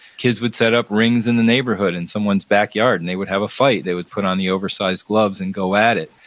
kids would set up rings in the neighborhood in someone's back yard, and they would have a fight. they would put on the oversize gloves and go at it.